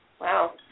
wow